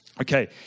Okay